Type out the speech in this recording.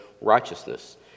righteousness